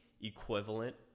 equivalent